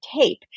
tape